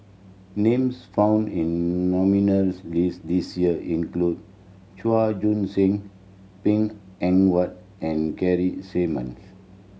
names found in nominees' list this year include Chua Joon Sing Png Eng Huat and Keith Simmons